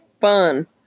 Fun